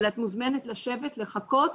אבל את מוזמנת לשבת, לחכות,